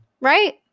right